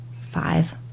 five